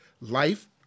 Life